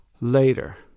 Later